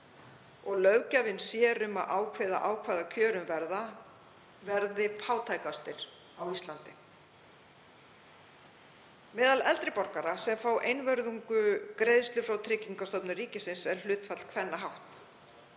og löggjafinn sér um að ákveða á hvaða kjörum verða, verði fátækastir á Íslandi. Meðal eldri borgara sem fá einvörðungu greiðslur frá Tryggingastofnun ríkisins er hlutfall kvenna hátt.